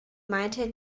meinte